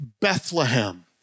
Bethlehem